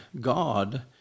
God